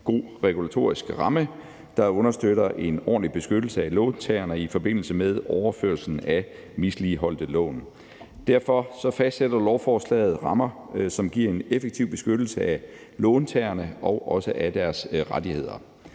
god regulatorisk ramme, der understøtter en ordentlig beskyttelse af låntagerne i forbindelse med overførslen af misligholdte lån. Derfor fastsætter lovforslaget rammer, som giver en effektiv beskyttelse af låntagerne og også af deres rettigheder.